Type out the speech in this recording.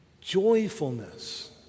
joyfulness